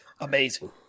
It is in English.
amazing